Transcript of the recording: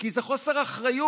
כי זה חוסר אחריות